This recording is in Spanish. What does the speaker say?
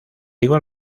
igual